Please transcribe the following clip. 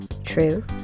True